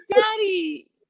daddy